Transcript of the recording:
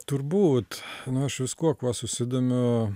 turbūt aš viskuo kuo susidomiu